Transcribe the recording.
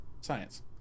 science